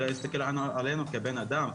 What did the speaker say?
אלא להסתכל עלינו כבני אדם,